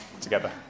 Together